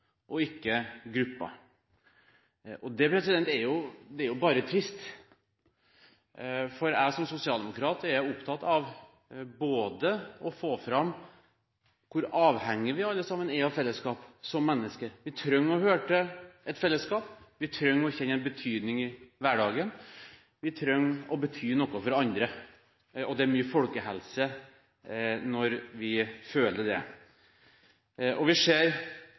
og ikke grupper. Det er bare trist. Som sosialdemokrat er jeg opptatt av å få fram hvor avhengige vi som mennesker er av fellesskap. Vi trenger å høre til et fellesskap. Vi trenger å kjenne en betydning i hverdagen, vi trenger å bety noe for andre. Det er mye folkehelse når vi føler det. Vi ser